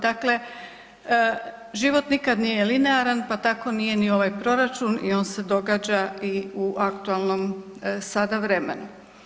Dakle, život nikad nije linearan pa tako nije ni ovaj proračun i on se događa i u aktualnom sada vremenu.